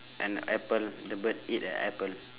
and apple the bird eat an apple